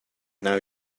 now